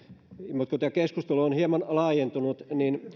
mutta tämä keskustelu on hieman laajentunut